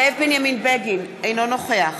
אינו נוכח